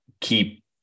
keep